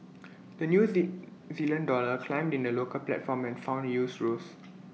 the new Z Zealand dollar climbed in the local platform and found yields rose